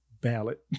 ballot